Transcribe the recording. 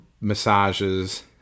massages